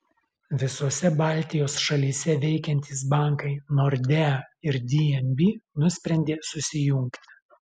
visose baltijos šalyse veikiantys bankai nordea ir dnb nusprendė susijungti